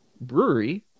brewery